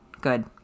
good